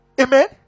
Amen